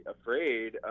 afraid